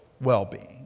well-being